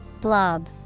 Blob